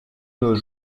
nos